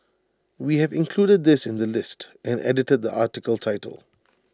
we have included this in the list and edited the article title